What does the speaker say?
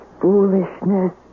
foolishness